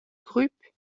groupe